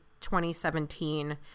2017